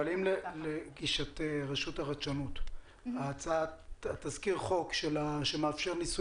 אבל האם לגישת רשות החדשנות תזכיר החוק שמאפשר ניסוי